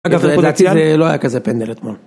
לדעתי זה לא היה כזה פנדל אתמול.